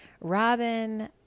Robin